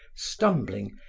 stumbling,